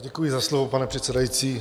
Děkuji za slovo, pane předsedající.